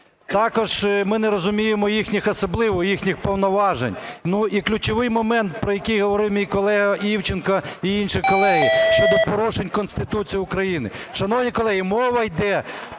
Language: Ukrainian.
Також ми не розуміємо їхніх, особливо їхніх повноважень. Ну, і ключовий момент, про який говорив мій колега Івченко і інші колеги, щодо порушень Конституції України. Шановні колеги, мова іде